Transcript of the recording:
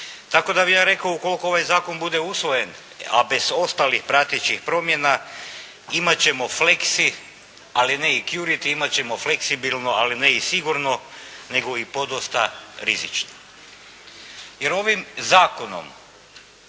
Tako da bih ja rekao ukoliko ovaj zakon bude usvojen, a bez ostalih pratećih promjena imat ćemo fleksi, ali ne i curity, imat ćemo fleksibilno, ali ne i sigurno, nego i podosta rizično. Jer ovim zakonom